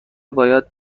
باید